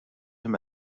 him